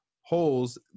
holes